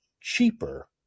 cheaper